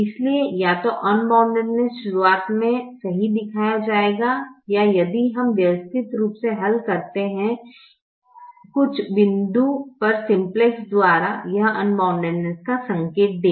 इसलिए या तो अनबाउंडेडनेस शुरुआत में सही दिखाया जाएगा या यदि हम व्यवस्थित रूप से हल करते हैं कुछ बिंदु पर सिंप्लेक्स द्वारा यह अनबाउंडनेस का संकेत देगा